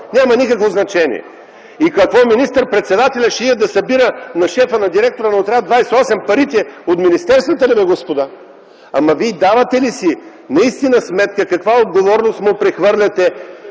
Станислав Иванов.) И какво, министър-председателят ще иде да събира на директора на Отряд 28 парите от министерствата ли, господа? Вие давате ли си наистина сметка каква отговорност му прехвърляте?